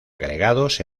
agregados